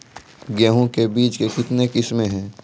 गेहूँ के बीज के कितने किसमें है?